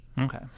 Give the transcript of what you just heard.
okay